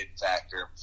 factor